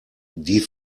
die